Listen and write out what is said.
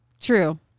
True